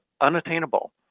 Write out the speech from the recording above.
unattainable